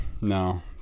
no